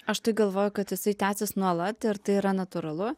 aš tai galvoju kad jisai tęsias nuolat ir tai yra natūralu